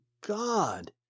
God